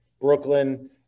brooklyn